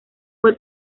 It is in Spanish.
fue